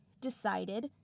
decided